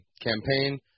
campaign